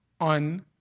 on